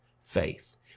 faith